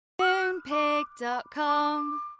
Moonpig.com